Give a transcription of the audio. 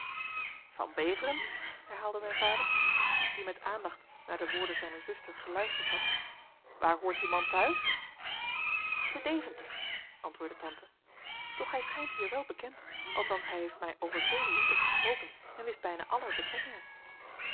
van beveren herhaalde mijn vader die met aandacht naar de woorden zijner zuster geluisterd had waar hoort die man te huis te deventer antwoordde tante doch hij schijnt hier welbekend althans hij heeft mij over vele lieden gesproken en wist bijna aller betrekkingen